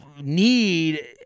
need